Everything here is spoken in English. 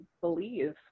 believe